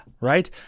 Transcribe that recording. right